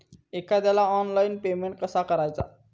एखाद्याला online payment कसा करायचा?